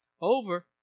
over